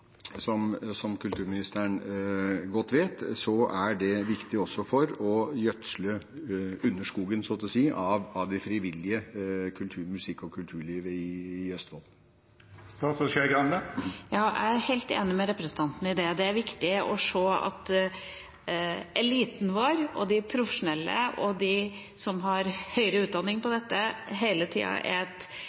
kulturministeren godt vet, er det viktig også å gjødsle underskogen – så å si – av det frivillige musikk- og kulturlivet i Østfold. Jeg er helt enig med representanten i det. Det er viktig å se at eliten vår, de profesjonelle og de som har høyere utdanning på dette feltet, hele tida er